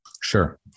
Sure